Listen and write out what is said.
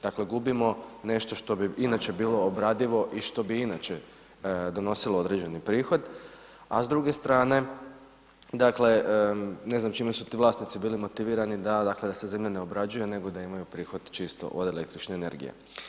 Dakle, gubimo nešto što bi inače bilo obradivo i što bi inače donosilo određeni prihod, a s druge strane, dakle, ne znam čime su ti vlasnici bili motivirani da dakle, se zemlja ne obrađuje, nego da imaju prihod čisto od električne energije.